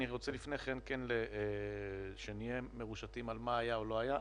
אני רוצה לפני כן שנהיה מרושתים על מה היה או לא היה.